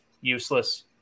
Useless